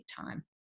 time